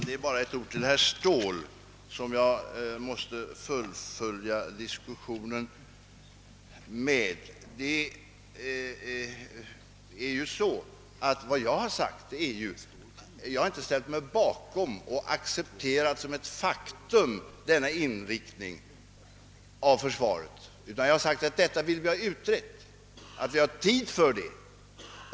Herr talman! Jag måste fullfölja diskussionen med ett par ord till herr Ståhl. Jag har inte ställt mig bakom och accepterat denna inriktning av försvaret som ett faktum, Jag har sagt att vi vill ha en utredning och att vi har tid därför.